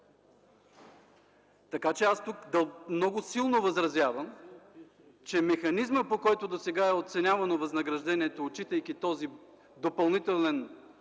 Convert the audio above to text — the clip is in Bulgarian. полезен. Тук много силно възразявам, че механизмът, по който досега е оценявано възнаграждението, отчитайки този допълнителен